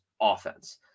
offense